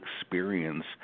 experience